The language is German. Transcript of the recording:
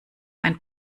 ein